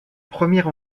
première